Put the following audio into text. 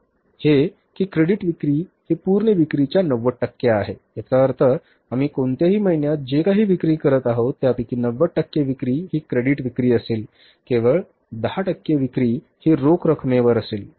हे कि क्रेडिट विक्री हि पुर्ण विक्री च्या 90 टक्के आहे याचा अर्थ आम्ही कोणत्याही महिन्यात जे काही विक्री करीत आहोत त्यापैकी 90 टक्के विक्री हि क्रेडिट विक्री असेल केवळ १० टक्के विक्री हि रोख रकमेवर असेल